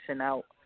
out